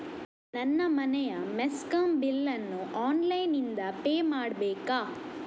ನನ್ನ ಮನೆಯ ಮೆಸ್ಕಾಂ ಬಿಲ್ ಅನ್ನು ಆನ್ಲೈನ್ ಇಂದ ಪೇ ಮಾಡ್ಬೇಕಾ?